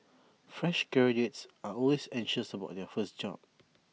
fresh graduates are always anxious about their first job